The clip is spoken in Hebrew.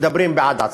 מדברים בעד עצמם.